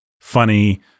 funny